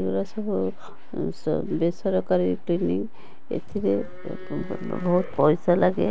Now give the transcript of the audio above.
ଏଉଡ଼ା ସବୁ ବେସରକାରୀ କ୍ଲିନିଙ୍ଗ ଏଥିରେ ଲୋକଙ୍କର ବହୁତ ପଇସା ଲାଗେ